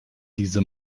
diese